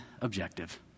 objective